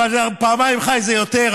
אבל פעמיים ח"י זה יותר.